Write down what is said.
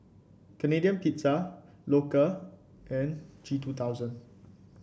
Canadian Pizza Loacker and G two thousand